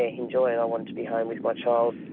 ah enjoy it i wanted to be home with my child.